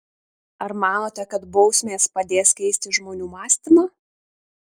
ar manote kad bausmės padės keisti žmonių mąstymą